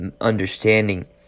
understanding